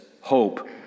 hope